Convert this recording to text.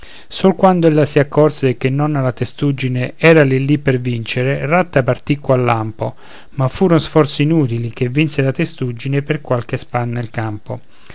sol quando ella si accorse che nonna la testuggine era lì lì per vincere ratta partì qual lampo ma furon sforzi inutili ché vinse la testuggine per qualche spanna il campo